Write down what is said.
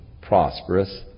prosperous